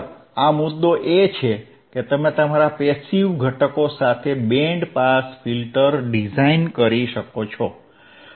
આ મુદ્દો એ છે કે તમે તમારા પેસીવ ઘટકો સાથે બેન્ડ પાસ ફિલ્ટર ડિઝાઇન કરી શકો છો